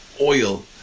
oil